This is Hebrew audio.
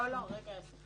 לא, חלילה וחס.